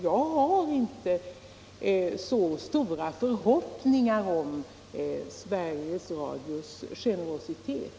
Jag har inte så stora förhoppningar om Sveriges Radios generositet.